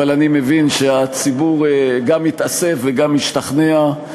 אבל אני מבין שהציבור גם התאסף וגם השתכנע.